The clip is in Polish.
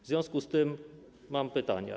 W związku z tym mam pytania.